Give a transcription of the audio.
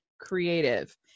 creative